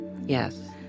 Yes